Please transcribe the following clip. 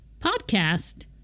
podcast